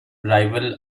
rival